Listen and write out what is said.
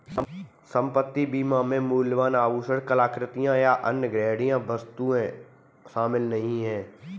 संपत्ति बीमा में मूल्यवान आभूषण, कलाकृति, या अन्य संग्रहणीय वस्तुएं शामिल नहीं हैं